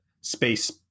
space